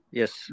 yes